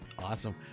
Awesome